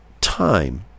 time